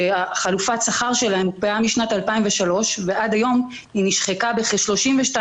שחלופת השכר שלהם הוקפאה משנת 2003 ועד היום היא נשחקה בכ-32%.